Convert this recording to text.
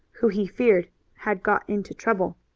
who he feared had got into trouble.